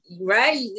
right